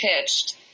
pitched